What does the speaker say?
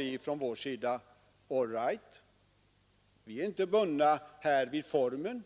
Vi från vår sida sade: All right — vi är inte bundna vid formen.